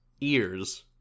ears